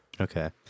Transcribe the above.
Okay